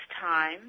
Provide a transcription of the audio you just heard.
time